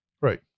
Right